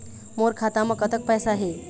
मोर खाता म कतक पैसा हे?